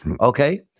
okay